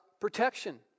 protection